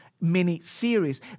mini-series